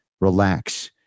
relax